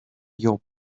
your